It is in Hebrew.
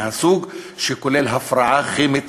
מהסוג שכולל הפרעה כימית